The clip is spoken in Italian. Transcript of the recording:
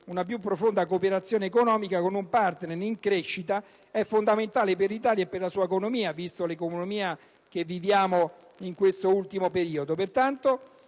una più profonda cooperazione economica con un *partner* in crescita sia fondamentale per l'Italia e per la sua economia, visto lo stato in cui versa questo ultimo periodo.